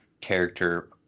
character